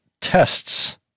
tests